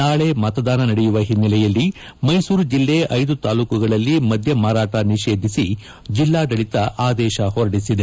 ನಾಳೆ ಮತದಾನ ನಡೆಯುವ ಹಿನ್ನೆಲೆಯಲ್ಲಿ ಮೈಸೂರು ಜಿಲ್ಲೆ ಐದು ತಾಲ್ಲೂಕುಗಳಲ್ಲಿ ಮದ್ಯ ಮಾರಾಟ ನಿಷೇದಿಸಿ ಜಿಲ್ಲಾಡಳಿತ ಆದೇಶ ಹೊರಡಿಸಿದೆ